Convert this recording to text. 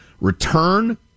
return